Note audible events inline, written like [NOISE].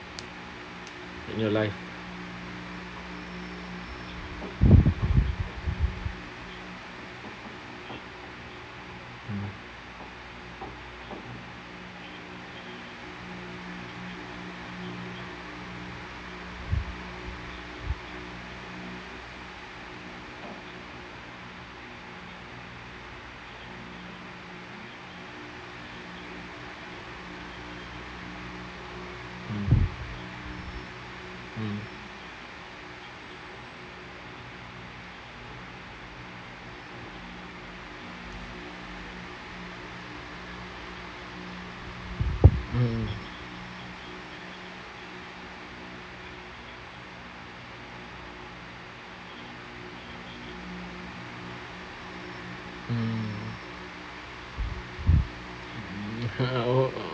in your life mm mm mm mmhmm mm [LAUGHS] oh